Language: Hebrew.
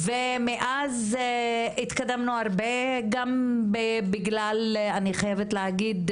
ומאז התקדמנו הרבה אני חייבת להגיד,